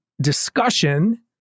discussion